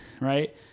Right